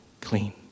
clean